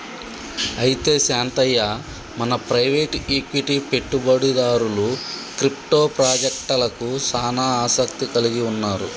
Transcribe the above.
అయితే శాంతయ్య మన private equity పెట్టుబడిదారులు క్రిప్టో పాజెక్టలకు సానా ఆసత్తి కలిగి ఉన్నారు